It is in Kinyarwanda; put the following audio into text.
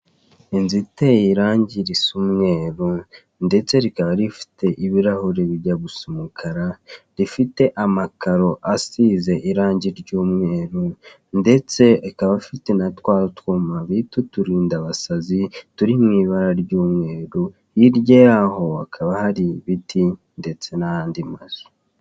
Inzu iteye irange risa umweru, ndetse rikaba rifite ibirahure bijya gusa umukara, rifite amakaro asize irange ry'umweru, ndetse ikaba ifite na twa twuma bita uturindabasazi, turi mu ibara ry'umweru, hirya yaho hakaba hari ibiti ndetse n'ayandi mazu.